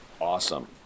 Awesome